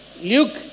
Luke